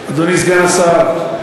אדוני סגן השר,